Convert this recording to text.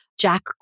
Jack